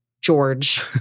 George